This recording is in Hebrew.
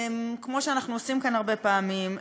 כפי שאנחנו עושים פה הרבה פעמים,